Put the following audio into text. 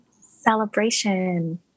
Celebration